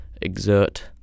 exert